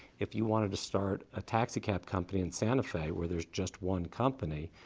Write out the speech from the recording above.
if you wanted to start a taxicab company in santa fe, where there's just one company,